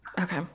okay